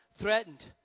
Threatened